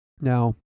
Now